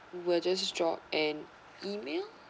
will just drop an email